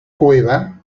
cueva